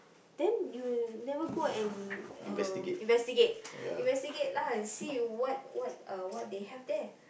then you never go and uh investigate investigate lah and see what what uh what they have there